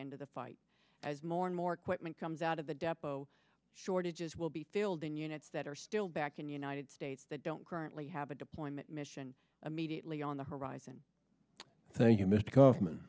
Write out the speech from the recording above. into the fight as more and more equipment comes out of the depo shortages will be filled in units that are still back in the united states that don't currently have a deployment mission immediately on the horizon thank you mr kaufman